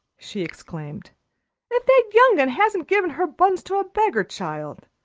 she exclaimed. if that young'un hasn't given her buns to a beggar-child!